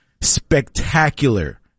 spectacular